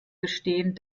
gestehen